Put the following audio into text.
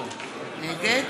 נגד